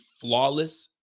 flawless